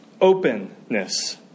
openness